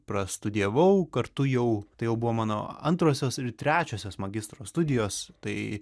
prastudijavau kartu jau tai jau buvo mano antrosios ir trečiosios magistro studijos tai